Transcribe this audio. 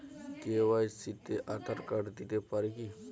KYC তে Aadhaar card দিতে পারি কি?